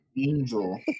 angel